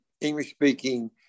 English-speaking